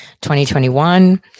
2021